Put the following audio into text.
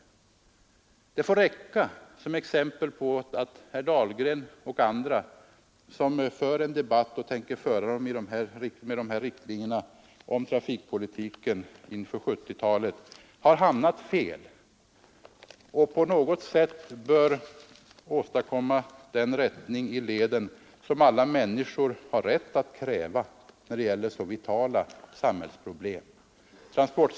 Detta får räcka som exempel på att herr Dahlgren och andra, som med de här riktlinjerna för — och tänker föra — en debatt om trafikpolitiken inför 1970-talet, har hamnat fel och på något sätt bör åstadkomma den rättning i leden som alla människor har rätt att kräva när det gäller så vitala samhällsproblem.